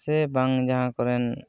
ᱥᱮ ᱵᱟᱝ ᱡᱟᱦᱟᱸ ᱠᱚᱨᱮᱱ